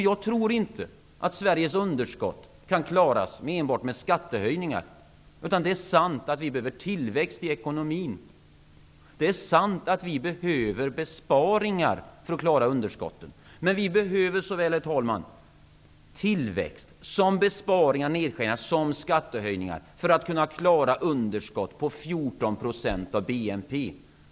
Jag tror inte att Sveriges underskott kan klaras med enbart skattehöjningar, utan det är sant att vi behöver tillväxt i ekonomin och att vi behöver besparingar för att klara underskotten. Men vi behöver såväl tillväxt som besparingar, nedskärningar och skattehöjningar för att kunna klara ett underskott på 14 % av BNP.